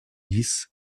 dix